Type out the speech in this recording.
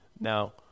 Now